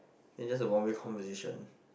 then it's just a one way conversation